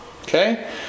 okay